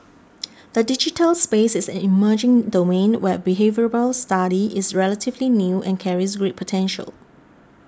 the digital space is an emerging domain where behavioural study is relatively new and carries great potential